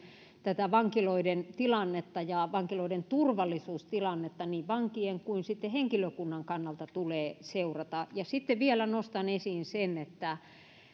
tätä vankiloiden tilannetta ja vankiloiden turvallisuustilannetta niin vankien kuin henkilökunnan kannalta tulee seurata hyvin tarkasti vielä nostan esiin sen että